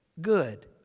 good